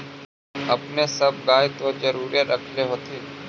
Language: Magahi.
अपने सब गाय तो जरुरे रख होत्थिन?